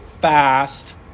fast